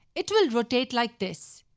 it will rotate like this.